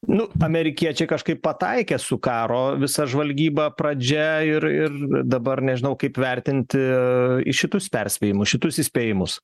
nu amerikiečiai kažkaip pataikė su karo visa žvalgyba pradžia ir ir dabar nežinau kaip vertinti į šitus perspėjimus į šitus įspėjimus